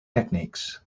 techniques